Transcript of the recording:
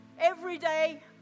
everyday